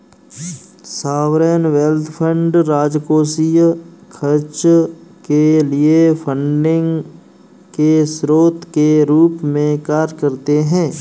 sovereign wealth fund राजकोषीय खर्च के लिए फंडिंग के स्रोत के रूप में कार्य करते हैं